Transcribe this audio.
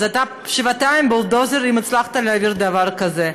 אז אתה שבעתיים בולדוזר אם הצלחת להעביר דבר כזה.